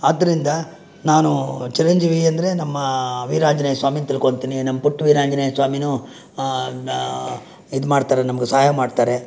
ಆದ್ದರಿಂದ ನಾನು ಚಿರಂಜೀವಿ ಅಂದರೆ ನಮ್ಮ ವೀರಾಂಜನೇಯ ಸ್ವಾಮಿ ಅಂತ ತಿಳ್ಕೊಳ್ತೀನಿ ನಮ್ಮ ಪುಟ್ಟ ವೀರಾಂಜನೇಯ ಸ್ವಾಮಿಯೂ ಇದ್ಮಾಡ್ತಾರೆ ನಮಗೆ ಸಹಾಯ ಮಾಡ್ತಾರೆ